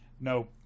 no